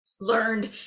learned